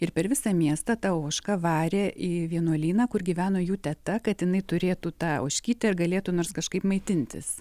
ir per visą miestą tą ožką varė į vienuolyną kur gyveno jų teta kad jinai turėtų tą ožkytę ir galėtų nors kažkaip maitintis